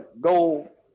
goal